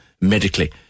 medically